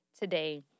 today